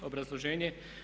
Obrazloženje.